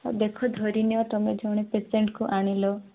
ହଉ ଦେଖ ଧରିନିଅ ତମେ ଜଣେ ପେସେଣ୍ଟ୍କୁ ଆଣିଲ